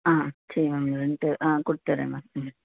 ஆ சரி மேம் ரெண்ட்டு ஆ கொடுத்தர்றேன் மேம் ம்